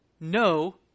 no